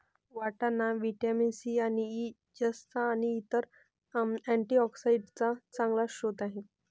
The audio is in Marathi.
वाटाणा व्हिटॅमिन सी आणि ई, जस्त आणि इतर अँटीऑक्सिडेंट्सचा चांगला स्रोत आहे